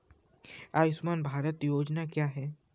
आयुष्मान भारत योजना क्या है?